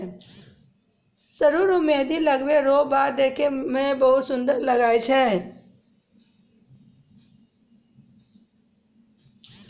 सरु रो मेंहदी लगबै रो बाद देखै मे बहुत सुन्दर लागै छै